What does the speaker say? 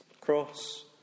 cross